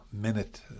minute